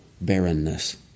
barrenness